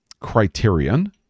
criterion